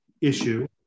issue